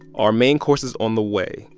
our main course is on the way.